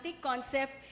concept